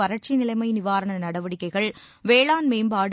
வறட்சி நிலைமை நிவாரண நடவடிக்கைகள் வேளாண் மேம்பாடு